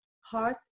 heart